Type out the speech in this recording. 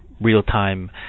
real-time